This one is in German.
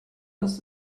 das